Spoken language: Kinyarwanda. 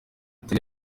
atari